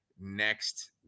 next